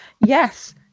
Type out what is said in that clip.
Yes